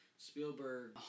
Spielberg